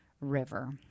River